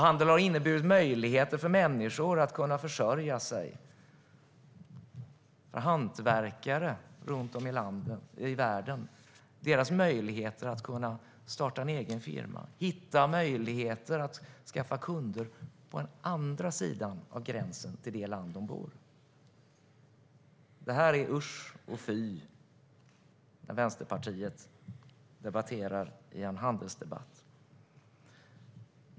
Handel har inneburit möjligheter för människor att försörja sig och möjligheter för hantverkare runt om i världen att starta en egen firma och hitta sätt att skaffa kunder på andra sidan gränsen i det land där de bor. Detta är usch och fy när Vänsterpartiet debatterar i en handelsdebatt.